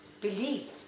believed